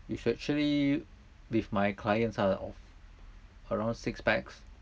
it's actually with my clients ah of around six packs